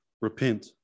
repent